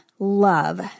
Love